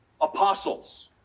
Apostles